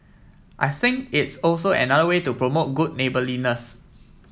I think it's also another way to promote good neighbourliness